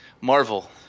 marvel